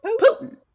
Putin